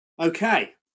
okay